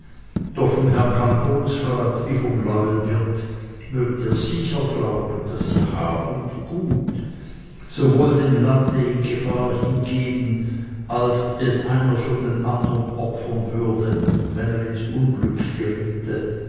doch vom herrn kantonsrat wie vom leuenwirt mögt ihr sicher glauben daß sie hab und gut sowohl dem lande in gefahr hingeben als es einer für den andern opfern würden wenn er ins unglück geriete